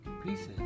pieces